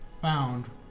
found